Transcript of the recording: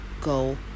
go